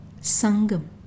Sangam